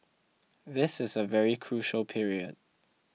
this is a very crucial period